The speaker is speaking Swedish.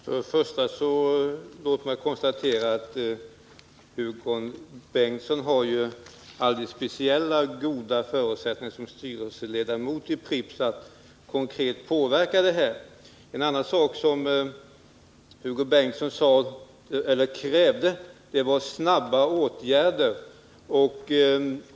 Herr talman! Låt mig till att börja med konstatera att Hugo Bengtsson har alldeles speciellt goda förutsättningar såsom styrelseledamot i Pripps att konkret påverka de här frågorna. En annan sak som Hugo Bengtsson krävde var snabba åtgärder.